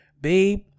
babe